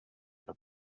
jag